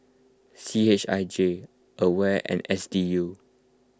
C H I J Aware and S D U